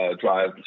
drive